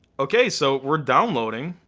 okay, so we're downloading.